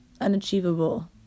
unachievable